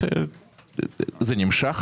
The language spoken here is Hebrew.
כן.